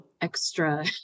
extra